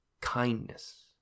kindness